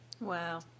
Wow